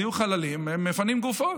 זיהוי חללים, הם מפנים גופות.